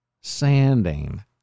sanding